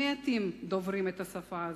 מעטים דוברים את השפה.